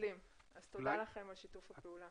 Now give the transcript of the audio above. על שיתוף הפעולה